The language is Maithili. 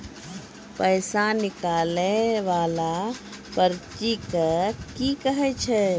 पैसा निकाले वाला पर्ची के की कहै छै?